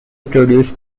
produce